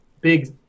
big